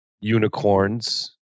unicorns